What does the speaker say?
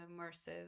immersive